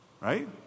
Right